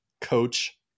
coach